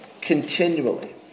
continually